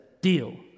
Deal